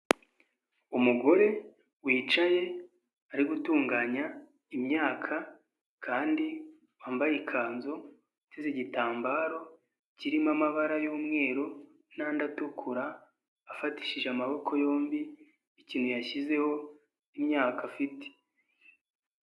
Umugore wicaye ari gutunganya imyaka kandi wambaye ikanzu, ateze igitambaro kirimo amabara y'umweru n'andi atukura afatishije amaboko yombi ikintu yashyizeho imyaka afite.